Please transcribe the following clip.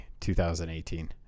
2018